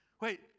Wait